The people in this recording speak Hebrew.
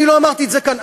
אני לא אמרתי את זה כאן.